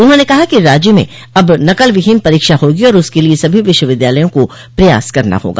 उन्होंने कहा कि राज्य में अब नकलविहीन परीक्षा होगी और उसके लिए सभी विश्वविद्यालयों को प्रयास करना होगा